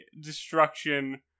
destruction